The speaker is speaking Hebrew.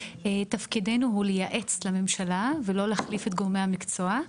תפקידנו הוא לייעץ לממשלה ולא להחליף את גורמי המקצוע.